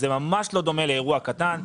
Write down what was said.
זה ממש לא דומה לאירוע קטן.